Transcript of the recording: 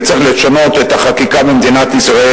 כי צריך לשנות את החקיקה במדינת ישראל,